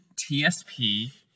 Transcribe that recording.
TSP